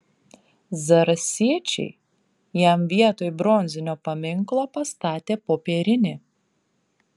zarasiečiai jam vietoj bronzinio paminklo pastatė popierinį